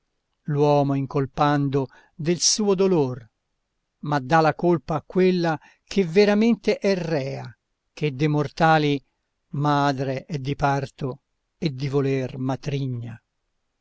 l'uomo incolpando del suo dolor ma dà la colpa a quella che veramente è rea che de mortali madre è di parto e di voler matrigna